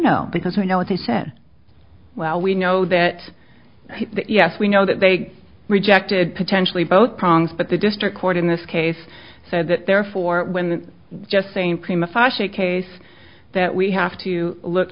know because we know what they said well we know that yes we know that they rejected potentially both prongs but the district court in this case said that therefore when just saying prima fascia case that we have to look